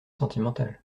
sentimental